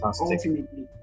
ultimately